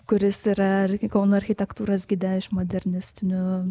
kuris yra irgi kauno architektūros gide iš modernistinių